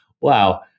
Wow